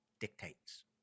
dictates